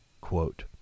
quote